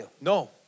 no